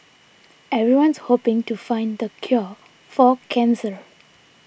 everyone's hoping to find the cure for cancer